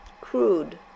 crude